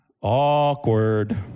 Awkward